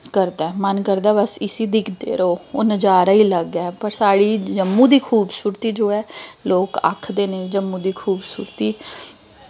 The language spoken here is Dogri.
करदा ऐ मन करदा बस इसी दिखदे रवो ओह् नज़ारा ई अलग ऐ पर साढ़ी जम्मू दी खूबसूरती जो ऐ लोग आखदे न जम्मू दी खूबसूरती